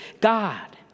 God